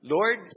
Lord